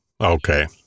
okay